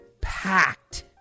packed